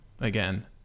again